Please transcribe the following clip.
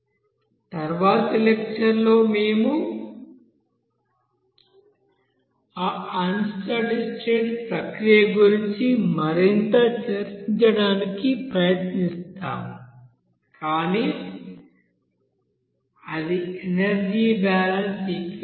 తరువాతి లెక్చర్ లో మేము ఆ అన్ స్టడీ స్టేట్ ప్రక్రియ గురించి మరింత చర్చించడానికి ప్రయత్నిస్తాము కానీ అది ఎనర్జీ బాలన్స్ ఈక్వెషన్